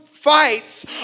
fights